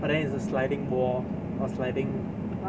but then it's a sliding wall or sliding